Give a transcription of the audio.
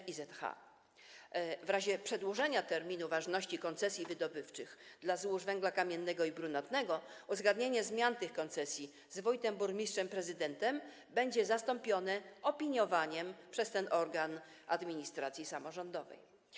W wypadku przedłużenia terminu ważności koncesji wydobywczych dla złóż węgla kamiennego i brunatnego uzgadnianie zmian tych koncesji z wójtem, burmistrzem, prezydentem będzie zastąpione opiniowaniem przez ten organ administracji samorządowej.